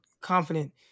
confident